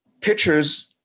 pictures